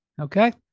Okay